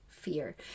fear